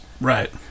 right